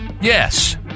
Yes